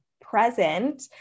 present